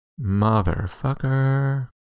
Motherfucker